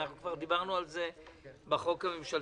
כבר דיברנו על זה בחוק הממשלתי.